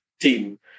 team